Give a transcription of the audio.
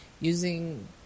using